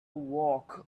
walk